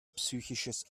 psychisches